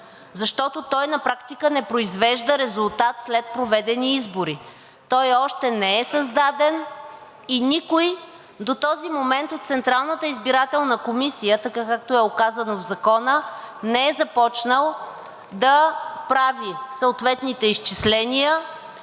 защото той на практика не произвежда резултат след проведени избори. Той още не е създаден и никой до този момент от Централната избирателна комисия, така, както е оказано в Закона, не е започнал да прави съответните изчисления,